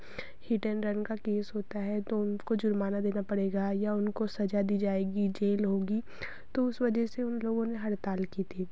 या hit and run का case होता है तो उनको जुर्माना देना पड़ेगा या उनको सज़ा दी जाएगी जेल होगी तो उस वजह से उन लोगों ने हड़ताल की थी